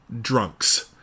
drunks